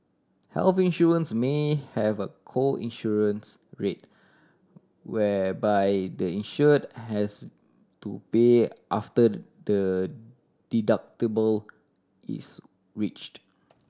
health insurance may have a co insurance rate whereby the insured has to pay after the deductible is reached